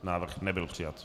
Návrh nebyl přijat.